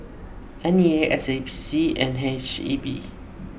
N E A S A P and H E B